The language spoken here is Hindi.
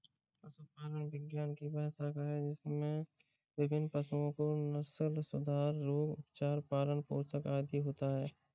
पशुपालन विज्ञान की वह शाखा है जिसमें विभिन्न पशुओं के नस्लसुधार, रोग, उपचार, पालन पोषण आदि होता है